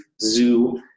zoo